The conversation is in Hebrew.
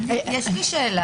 משרד